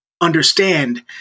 understand